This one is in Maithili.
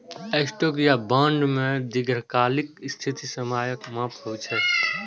स्टॉक या बॉन्ड मे दीर्घकालिक स्थिति समयक माप होइ छै